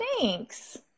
Thanks